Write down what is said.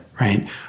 right